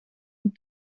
een